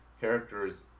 characters